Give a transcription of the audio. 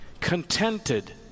Contented